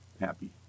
happy